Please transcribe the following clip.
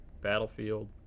Battlefield